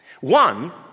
One